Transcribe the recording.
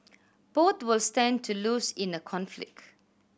both will stand to lose in a conflict